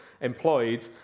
employed